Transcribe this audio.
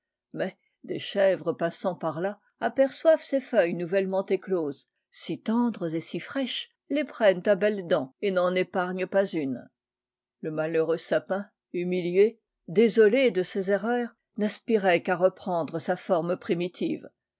mais des chèvres passant par là aperçoivent ses feuilles nouvellement écloses si tendres et si fraîches les prennent à belles dents et n'en épargnent pas une le malheureux sapin humilié désolé de ses erreurs n'aspirait qu'à reprendre sa forme primitive